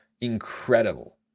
incredible